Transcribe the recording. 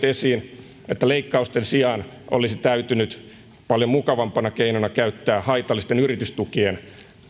esiin että leikkausten sijaan olisi täytynyt paljon mukavampana keinona käyttää haitallisten yritystukien